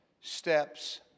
steps